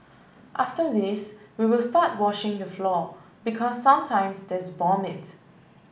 after this we will start washing the floor because sometimes there's vomit